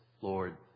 Lord